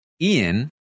Ian